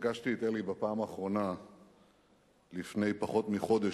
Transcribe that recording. פגשתי את אלי בפעם האחרונה לפני פחות מחודש,